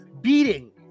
beating